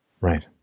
Right